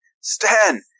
Stan